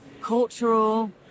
cultural